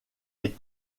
est